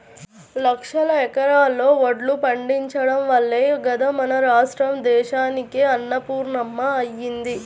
లక్షల ఎకరాల్లో వడ్లు పండించడం వల్లే గదా మన రాష్ట్రం దేశానికే అన్నపూర్ణమ్మ అయ్యింది